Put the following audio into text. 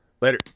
Later